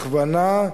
הכוונה,